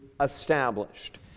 established